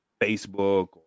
Facebook